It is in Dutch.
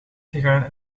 gegaan